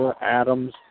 Adams